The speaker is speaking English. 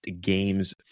games